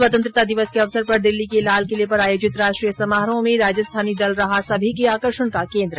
स्वतंत्रता दिवस के अवसर पर दिल्ली के लालकिले पर आयोजित राष्ट्रीय समारोह में राजस्थानी दल रहा सभी के आकर्षण का केन्द्र